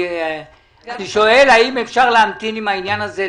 אני שואל האם אפשר להמתין עם העניין הזה.